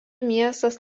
miestas